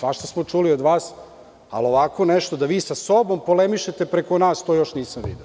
Svašta smo čuli od vas, ali ovako nešto, da vi sa sobom polemišete preko nas, to još nisam video.